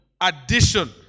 addition